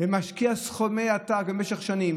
משקיע סכומי עתק במשך שנים,